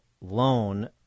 loan